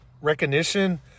recognition